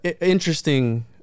interesting